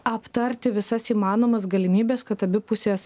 aptarti visas įmanomas galimybes kad abi pusės